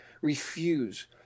refuse